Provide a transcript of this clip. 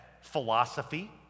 philosophy